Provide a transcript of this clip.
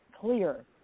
clear